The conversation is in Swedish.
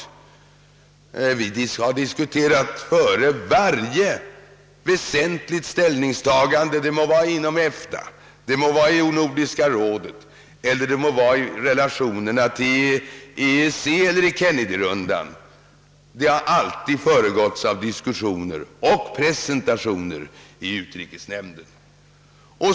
Vi har diskuterat före varje väsentligt ställningstagande, det må ha rört EFTA, Nordiska rådet, relationerna till EEC eller Kennedyronden. Sådana ställningstaganden har alltid föregåtts av diskussioner och presentationer i utrikesnämnden.